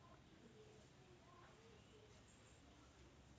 भारतात चाणक्याच्या अर्थशास्त्राकडून आपल्याला लेखांकनाची उदाहरणं मिळतात